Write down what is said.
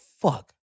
fuck